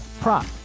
prop